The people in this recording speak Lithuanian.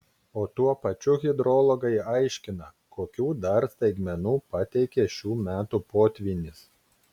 o tuo pačiu hidrologai aiškina kokių dar staigmenų pateikė šių metų potvynis